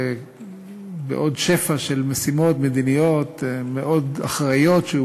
ועוד בשפע של משימות מדיניות מאוד אחראיות שהוא